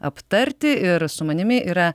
aptarti ir su manimi yra